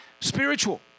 spiritual